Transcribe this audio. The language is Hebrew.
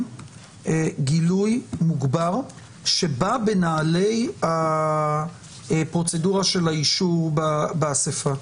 גילוי מוגבר שבא בנעלי הפרוצדורה של האישור באספה.